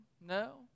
no